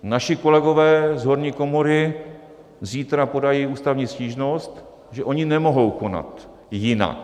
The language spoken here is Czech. Naši kolegové z horní komory zítra podají ústavní stížnost, že oni nemohou konat jinak.